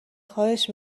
خواهش